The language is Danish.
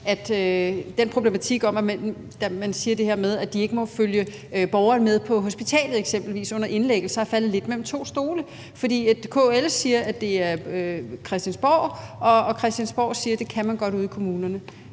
den problematik, at man siger, at de ikke må følge med borgeren på hospitalet eksempelvis under indlæggelse – at de er faldet lidt ned mellem to stole. For KL siger, at det er Christiansborg, og Christiansborg siger, at det kan man godt ude i kommunerne.